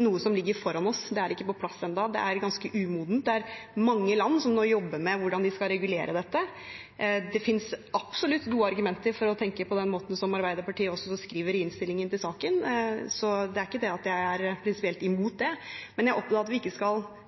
noe som ligger foran oss, det er ikke på plass ennå, det er ganske umodent. Det er mange land som nå jobber med hvordan de skal regulere dette. Det finnes absolutt gode argumenter for å tenke på den måten som Arbeiderpartiet beskriver i innstillingen til saken, så det er ikke det at jeg er prinsipielt imot det. Men jeg er opptatt av at vi ikke på nåværende tidspunkt skal